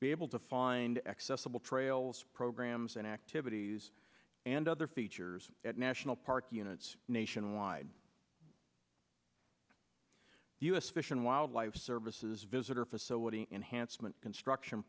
be able to find accessible trails programs and activities and other features at national park units nationwide the u s fish and wildlife services visitor facility enhancement construction